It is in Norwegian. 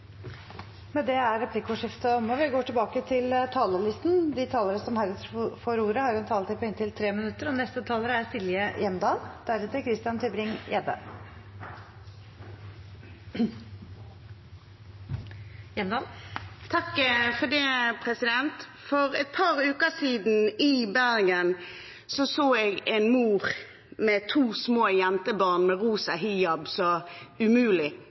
er omme. De talere som heretter får ordet, har også en taletid på inntil 3 minutter. For et par uker siden i Bergen så jeg en mor med to små jentebarn, som umulig kan ha vært mer enn 5 år, med rosa hijab.